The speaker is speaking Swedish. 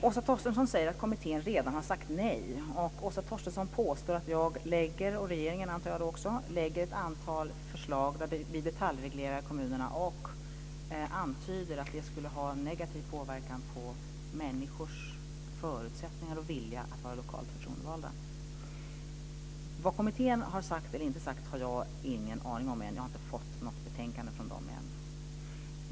Åsa Torstensson säger att kommittén redan har sagt nej, och Åsa Torstensson påstår att jag, och regeringen också antar jag, lägger fram ett antal förslag där vi detaljreglerar kommunerna och antyder att det skulle ha negativ påverkan på människors förutsättningar och vilja att vara lokalt förtroendevalda. Det kommittén har sagt eller inte sagt har jag ingen aning om än. Jag har inte fått något betänkande från den ännu.